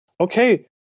Okay